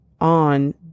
on